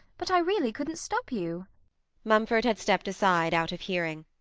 but i really couldn't stop you mumford had stepped aside, out of hearing.